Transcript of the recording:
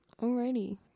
Alrighty